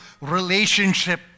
relationship